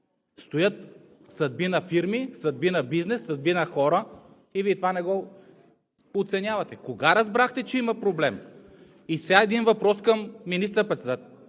стоят съдби на фирми, съдби на бизнес, съдби на хора, или това не го оценявате? Кога разбрахте, че има проблем? И сега един въпрос към министър-председателя.